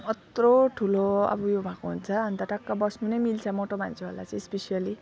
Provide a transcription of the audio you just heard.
कत्रो ठुलो अब यो भएको हुन्छ अनि त टक्क बस्नु नै मिल्छ मोटो मान्छेहरूलाई स्पेसियली नि